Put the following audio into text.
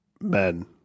men